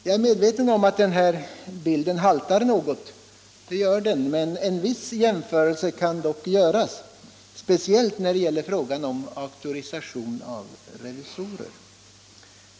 Jag är medveten om att den här jämförelsen haltar något, men den kan ändå göras, speciellt när det gäller auktorisation av revisorer.